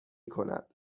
کند